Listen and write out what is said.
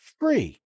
free